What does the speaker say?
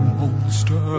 monster